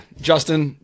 Justin